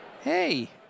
Hey